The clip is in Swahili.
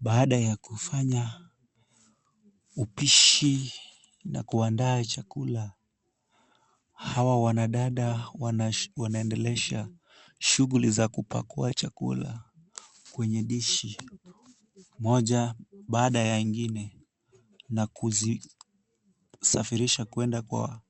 Baada ya kufanya upishi na kuandaa chakula, hawa wanadada wanaendelesha shughuli ya kupakua chakula kwenye dishi moja baada ya ingine na kuzisafirisha kuenda kwa